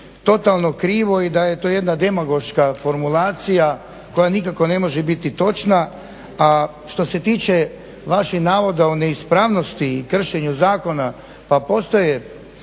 totalno krivo i da je to jedna demagoška formulacija koja nikako ne može biti točna. A što se tiče vaših navoda o neispravnosti i kršenju zakona pa postoje